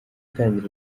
itangira